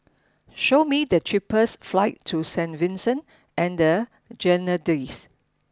show me the cheapest flights to Saint Vincent and the Grenadines